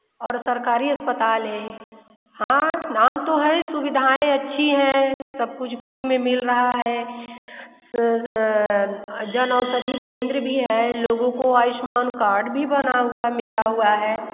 और सरकारी अस्पताल है हाँ नाम तो है सुविधाएँ अच्छी हैं सब कुछ फ़्री में मिल रहा है जन औषधि केंद्र भी हैं लोगों को आयुष्मान कार्ड भी बना हुआ मिला हुआ है